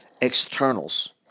externals